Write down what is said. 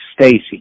Stacy